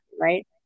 right